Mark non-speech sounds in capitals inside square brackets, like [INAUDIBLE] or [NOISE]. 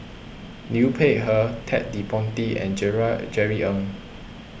Liu Peihe Ted De Ponti and [UNINTELLIGIBLE] Jerry Ng